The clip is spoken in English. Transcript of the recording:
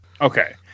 okay